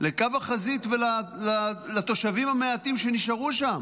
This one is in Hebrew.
לקו החזית ולתושבים המעטים שנשארו שם.